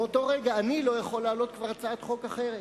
באותו רגע אני לא יכול להעלות כבר הצעת חוק אחרת,